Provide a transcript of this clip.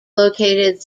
located